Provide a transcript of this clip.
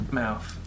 mouth